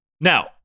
Now